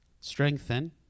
strengthen